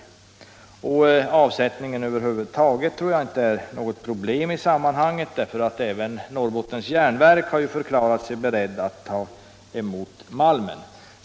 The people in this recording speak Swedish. Jag tror att avsättningen över huvud taget inte är något problem, för även Norrbottens Järnverk har förklarat sig berett att ta emot malmen.